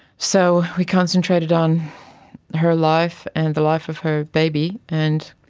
so we concentrated on her life and the life of her baby. and